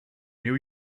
new